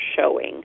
showing